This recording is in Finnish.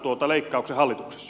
arvoisa puhemies